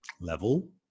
level